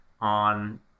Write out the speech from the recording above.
on